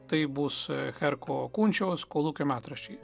tai bus herko kunčiaus kolūkio metraščiai